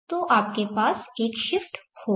तो आपके पास एक शिफ्ट होगा